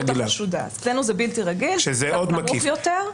אצלנו זה בלתי רגיל, סף נמוך יותר.